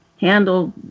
handle